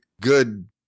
good